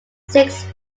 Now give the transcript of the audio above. six